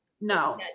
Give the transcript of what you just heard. No